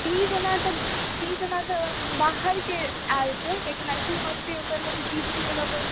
तीज ओना तऽ तीज ओना तऽ बाहरके आयल छै कियाकि मैथिलमे ओकर ओते नहि छै कियाकि तीजके जगह पर